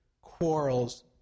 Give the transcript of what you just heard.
quarrels